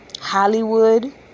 Hollywood